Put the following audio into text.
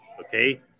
okay